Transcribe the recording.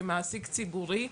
כמעסיק ציבורי,